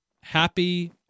Happy